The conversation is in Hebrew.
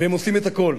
והם עושים את הכול,